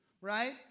right